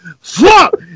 fuck